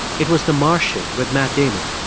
it was the martian with matt damon.